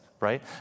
right